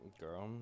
Girl